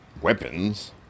weapons